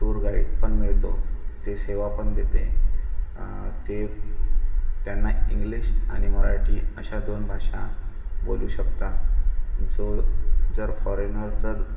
tour guide पण मिळतो ते सेवा पण देते ते त्यांना इंग्लिश आणि मराठी अशा दोन भाषा बोलू शकतात जो जर फॉरेनर जर